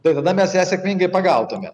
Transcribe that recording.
tai tada mes ją sėkmingai pagautume